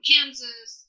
Kansas